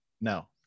No